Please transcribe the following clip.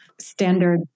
standard